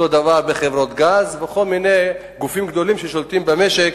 אותו דבר בחברות גז ובכל מיני גופים גדולים ששולטים במשק,